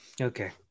Okay